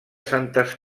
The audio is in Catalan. santes